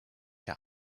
der